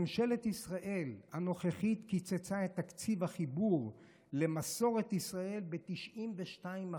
ממשלת ישראל הנוכחית קיצצה את תקציב החיבור למסורת ישראל ב-92%.